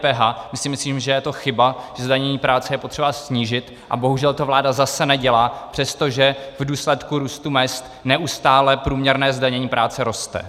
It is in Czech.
My si myslíme, že je to chyba, že zdanění práce je potřeba snížit, a bohužel to vláda zase nedělá, přestože v důsledku růstu mezd neustále průměrné zdanění práce roste.